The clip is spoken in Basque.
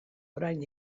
orain